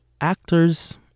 actors